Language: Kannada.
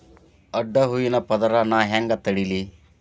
ಅಡ್ಡ ಹೂವಿನ ಪದರ್ ನಾ ಹೆಂಗ್ ತಡಿಲಿ?